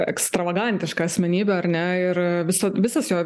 ekstravagantiška asmenybė ar ne ir visa visas jo